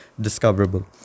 discoverable